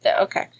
Okay